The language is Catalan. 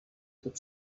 tub